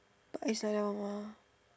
but it's like that one mah